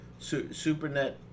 supernet